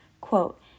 Quote